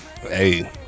Hey